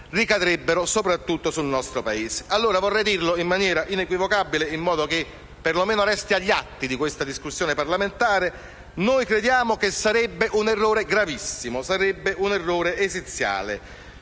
ricadrebbero soprattutto sul nostro Paese. Vorrei quindi dire in maniera inequivocabile, in modo che perlomeno resti agli atti di questa discussione parlamentare, che a nostro avviso sarebbe un errore gravissimo, esiziale.